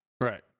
Right